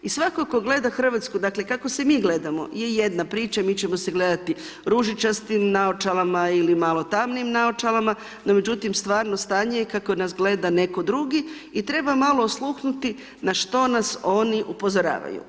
I svako tko gleda Hrvatsku, dakle kako se mi gledamo je jedna priča, mi ćemo se gledati ružičastim naočalama ili malo tamnijim naočalama, no međutim stvarno stanje je kako nas gleda neko drugi i treba malo osluhnuti na što nas oni upozoravaju.